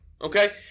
okay